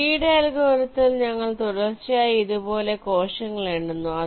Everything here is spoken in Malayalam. ലീയുടെ അൽഗോരിതത്തിൽLee's algorithm ഞങ്ങൾ തുടർച്ചയായി ഇതുപോലെ കോശങ്ങൾ എണ്ണുന്നു